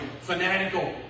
fanatical